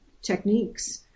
techniques